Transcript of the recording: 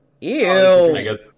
ew